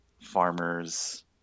farmers